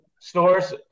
stores